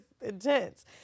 intense